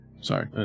Sorry